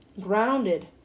grounded